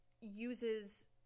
uses